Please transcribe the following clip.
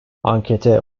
ankete